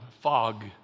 fog